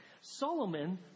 solomon